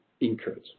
incurred